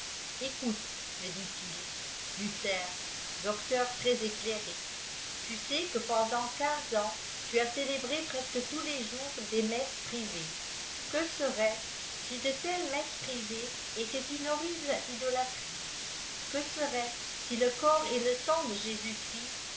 me dit-il luther docteur très éclairé tu sais que pendant quinze ans tu as célébré presque tous les jours des messes privées que seraitce si de telles messes privées étaient une horrible idolâtrie que serait-ce si le corps et le sang de